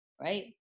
right